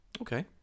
Okay